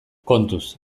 kontuz